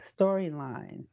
storyline